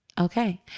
Okay